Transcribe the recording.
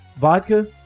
vodka